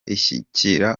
ishyigikira